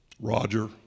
Roger